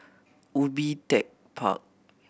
Ubi Tech Park